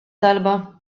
talba